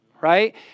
right